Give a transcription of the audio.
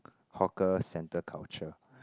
hawker centre culture